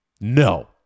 No